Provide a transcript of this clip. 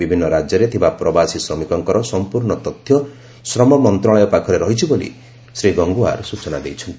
ବିଭିନ୍ନ ରାଜ୍ୟରେ ଥିବା ପ୍ରବାସୀ ଶ୍ରମିକଙ୍କର ସମ୍ପୂର୍ଣ୍ଣ ତଥ୍ୟ ଶ୍ରମ ମନ୍ତ୍ରଣାଳୟ ପାଖରେ ରହିଛି ବୋଲି ଶ୍ରୀ ଗଙ୍ଗଓ୍ୱାର ସୂଚନା ଦେଇଛନ୍ତି